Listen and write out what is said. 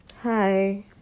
Hi